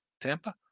Tampa